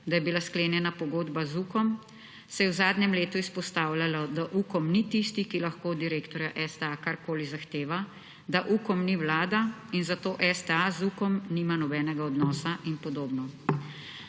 da je bila sklenjena pogodba z Ukom, se je v zadnjem letu izpostavljalo, da Ukom ni tisti, ki lahko od direktorja STA karkoli zahteva, da Ukom ni Vlada in zato STA z Ukom nima nobenega odnosa in podobno.